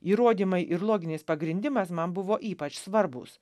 įrodymai ir loginis pagrindimas man buvo ypač svarbūs